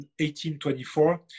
1824